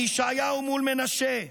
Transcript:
מישעיהו מול מנשה,